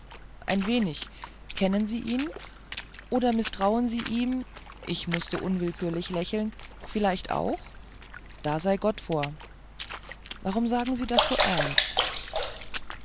ein wenig kennen sie ihn oder mißtrauen sie ihm ich mußte unwillkürlich lächeln vielleicht auch da sei gott vor warum sagen sie das so ernst